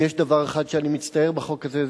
אם יש דבר אחד שאני מצטער על החוק הזה,